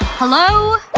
hello?